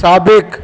साबिक़ु